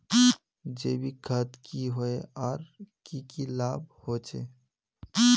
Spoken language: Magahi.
जैविक खाद की होय आर की की लाभ होचे?